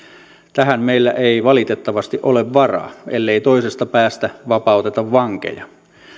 tähän meillä ei valitettavasti ole varaa ellei toisesta päästä vapauteta vankeja